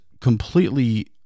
completely